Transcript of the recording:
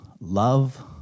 love